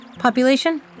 population